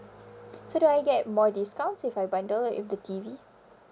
so do I get more discounts if I bundle it with the T_V